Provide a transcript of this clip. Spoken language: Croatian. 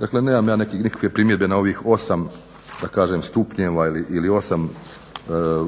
dakle nemam ja nikakve primjedbe na ovih 8 stupnjeva ili 8